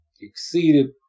exceeded